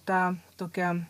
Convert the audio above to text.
tą tokią